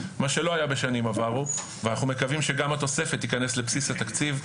מה שלא היה בשנים עברו ואנחנו מקווים שגם התוספת תיכנס לבסיס התקציב,